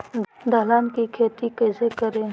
दलहन की खेती कैसे करें?